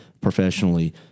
professionally